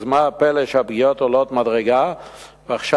אז מה הפלא שהפגיעות עולות מדרגה ועכשיו